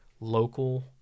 local